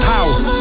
House